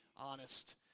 honest